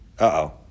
Uh-oh